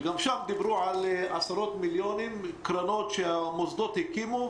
וגם שם דיברו על עשרות מיליונים קרנות שהמוסדות הקימו,